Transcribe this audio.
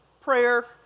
prayer